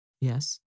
Yes